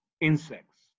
insects